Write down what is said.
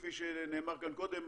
כפי שנאמר כאן קודם,